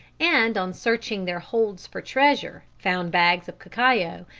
and on searching their holds for treasure, found bags of cacao,